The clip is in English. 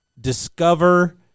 discover